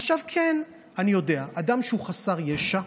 עכשיו, כן, אני יודע, אדם שהוא חסר ישע,